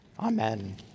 Amen